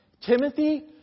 Timothy